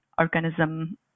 organism